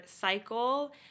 cycle